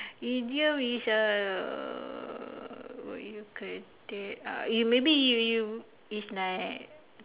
idiom is uh what you uh maybe you you it's like